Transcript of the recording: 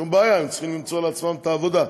שום בעיה, הם צריכים למצוא לעצמם את העבודה.